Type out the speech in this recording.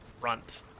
front